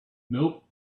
nope